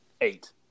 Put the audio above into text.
eight